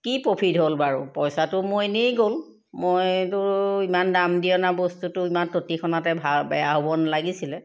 কি প্ৰফিট হ'ল বাৰু পইচাটো মোৰ এনেই গ'ল মইতো ইমান দাম দি অনা বস্তুটো ইমান তৎক্ষণাতে বেয়া হ'ব নালাগিছিলে